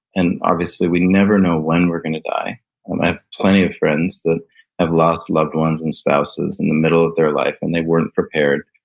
and obviously we never know when we're going to die. um i have plenty of friends that have lost loved ones and spouses in the middle of their life and they weren't prepared.